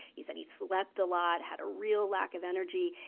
he said he slept a lot, had a real lack of energy.